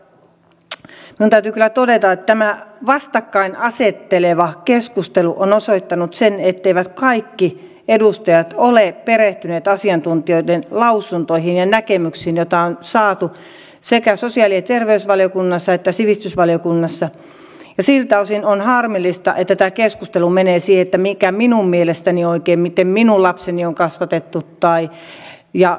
minun täytyy kyllä todeta että tämä vastakkainasetteleva keskustelu on osoittanut sen etteivät kaikki edustajat ole perehtyneet asiantuntijoiden lausuntoihin ja näkemyksiin joita on saatu sekä sosiaali ja terveysvaliokunnassa että sivistysvaliokunnassa ja siltä osin on harmillista että tämä keskustelu menee siihen että mikä minun mielestäni on oikein ja miten minun lapseni on kasvatettu